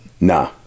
Nah